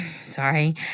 Sorry